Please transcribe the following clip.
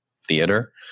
theater